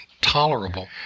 tolerable